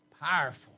powerful